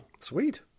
Sweet